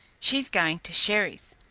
she's going to sherry's.